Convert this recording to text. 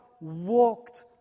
walked